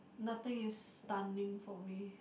nothing is stunning for me